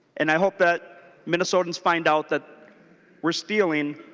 and i hope that minnesotans find out that we are stealing